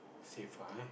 safe right